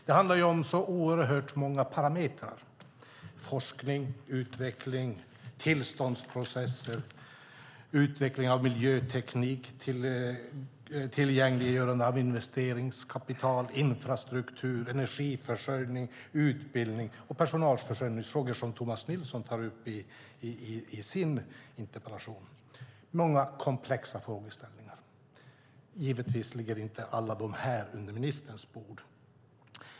Det handlar om så oerhört många parametrar: forskning, utveckling, tillståndsprocess, utveckling av miljöteknik, tillgängliggörande av investeringskapital, infrastruktur, energiförsörjning, utbildning och personalförsörjningsfrågor, som Tomas Nilsson tar upp i sin interpellation. Det är många komplexa frågeställningar. Givetvis ligger inte allt det här på ministerns bord.